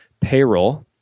payroll